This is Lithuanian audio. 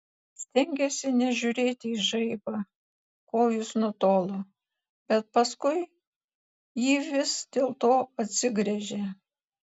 stengėsi nežiūrėti į žaibą kol jis nutolo bet paskui jį vis dėlto atsigręžė